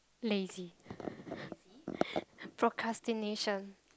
lazy procrastination